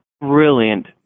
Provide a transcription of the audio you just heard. brilliant